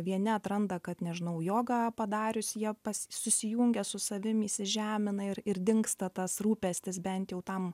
vieni atranda kad nežinau jogą padarius ją pas susijungia su savim įsižemina ir ir dingsta tas rūpestis bent jau tam